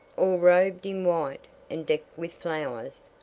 all robed in white, and decked with flowers,